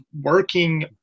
working